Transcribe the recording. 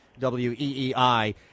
WEEI